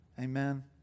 Amen